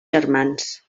germans